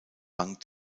rang